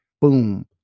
Boom